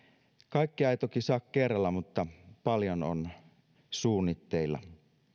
kaikkea ei toki saa kerralla mutta paljon on suunnitteilla